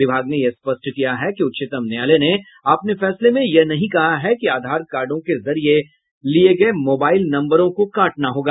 विभाग ने यह स्पष्ट किया है कि उच्चतम न्यायालय ने अपने फैसले में यह नहीं कहा है कि आधार कार्डो के जरिए लिए गए मोबाइल नम्बरों को काटना होगा